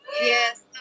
Yes